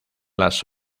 las